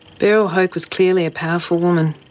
beryl hoke was clearly a powerful woman.